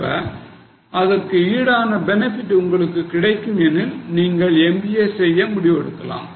இப்ப அதற்கு ஈடான benefit உங்களுக்கு கிடைக்கும் எனில் நீங்கள் MBA செய்ய முடிவெடுக்கலாம்